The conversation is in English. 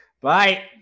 Bye